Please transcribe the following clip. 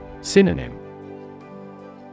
Synonym